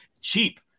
Cheap